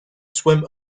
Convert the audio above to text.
swim